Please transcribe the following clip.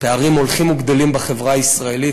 פערים הולכים וגדלים בחברה הישראלית,